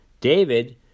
David